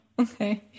Okay